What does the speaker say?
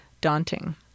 daunting